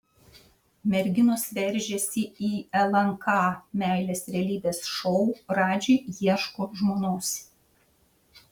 merginos veržiasi į lnk meilės realybės šou radži ieško žmonos